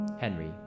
Henry